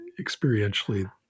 experientially